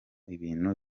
ibintu